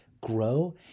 grow